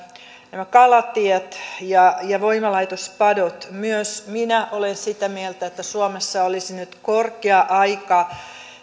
nämä kalatiet ja ja voimalaitospadot myös minä olen sitä mieltä että suomessa olisi nyt korkea aika